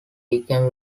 become